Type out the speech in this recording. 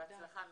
בהצלחה מיכל.